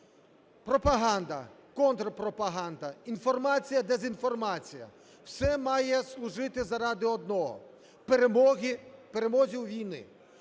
Пропаганда, контрпропаганда, інформація, дезінформація, все має служити заради одного – перемозі у війні.